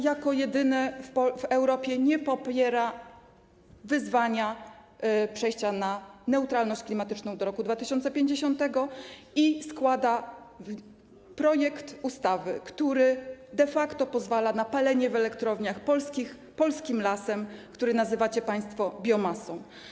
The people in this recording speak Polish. Jako jedyne w Europie nie popiera wyzwania dotyczącego przejścia na neutralność klimatyczną do roku 2050 i składa projekt ustawy, który de facto pozwala na palenie w polskich elektrowniach polskim lasem, który nazywacie państwo biomasą.